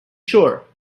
sure